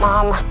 Mom